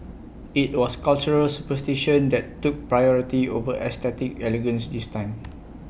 IT was cultural superstition that took priority over aesthetic elegance this time